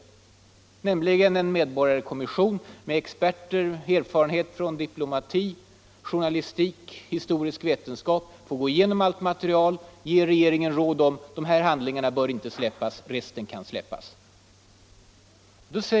Regeringen bör tillsätta en medborgarkommission av experter med erfarenheter från diplomati, journalistik och historisk vetenskap. Den får gå igenom allt material och ge regeringen råd om vilka handlingar som inte bör släppas fria och vilka som kan offentliggöras.